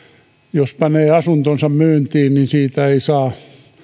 jos panee asuntonsa myyntiin siitä ei saa